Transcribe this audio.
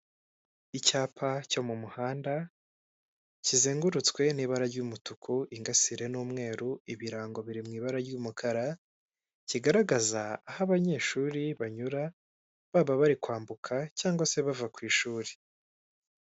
Icyapa cyo mu muhanda kizengurutswe n'ibara ry'umutuku, ingasire ni umweru, ibirango biri mu ibara ry'umukara, kigaragaza aho abanyeshuri banyura, baba bari kwambuka cyangwa se bava ku ishuri.